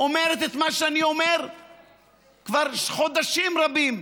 אומרת את מה שאני אומר כבר חודשים רבים: